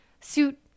suit